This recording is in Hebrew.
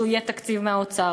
שיהיה תקציב מהאוצר.